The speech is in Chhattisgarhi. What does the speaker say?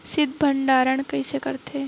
शीत भंडारण कइसे करथे?